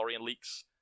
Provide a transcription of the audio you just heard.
leaks